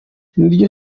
niryo